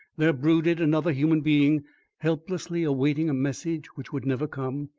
there brooded another human being helplessly awaiting a message which would never come,